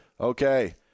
Okay